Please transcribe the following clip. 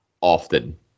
often